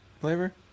flavor